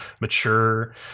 mature